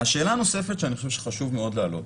השאלה הנוספת שאני חושב שחשוב להעלות